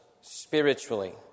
spiritually